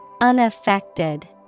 Unaffected